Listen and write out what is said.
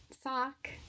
sock